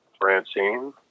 Francine